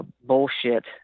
bullshit